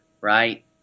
right